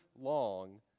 long